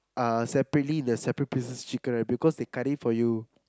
uh separately in the separate pieces chicken right because they cut it for you